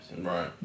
Right